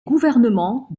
gouvernements